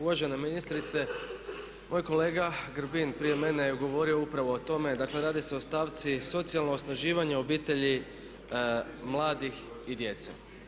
Uvažena ministrice, moj kolega Grbin prije mene je govorio upravo o tome, dakle radi se o stavci socijalno osnaživanje obitelji mladih i djece.